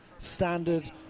standard